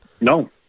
No